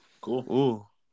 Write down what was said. Cool